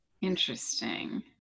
Interesting